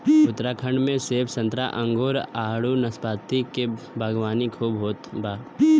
उत्तराखंड में सेब संतरा अंगूर आडू नाशपाती के बागवानी खूब होत बा